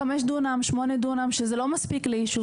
חמש דונם, שמונה דונם שזה לא מספיק לישוב שלם.